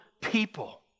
people